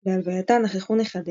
בהלווייתה נכחו נכדיה,